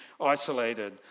isolated